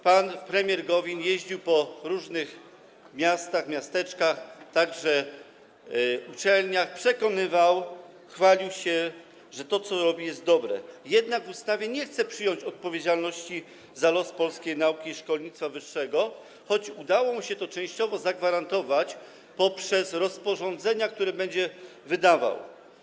Pan premier Gowin jeździł po różnych miastach, miasteczkach, także po uczelniach, przekonywał, chwalił się, że to, co robi, jest dobre, jednak w ustawie nie chce przyjąć odpowiedzialności za los polskiej nauki i szkolnictwa wyższego, choć udało mu się to częściowo zagwarantować poprzez rozporządzenia, które będzie wydawał.